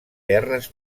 terres